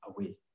away